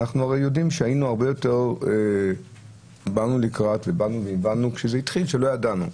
וזה היה כשלא ידענו.